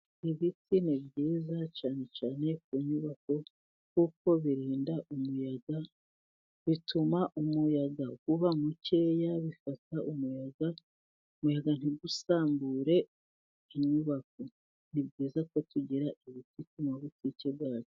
Ibiti ni byiza cyane cyane ku nyubako, kuko birinda umuyaga bituma umuyaga uba mukeya, bifata umuyaga umuyaga umuyaga ntusambure inyubako. Ni byiza ko tugira ibiti ku butike yacu.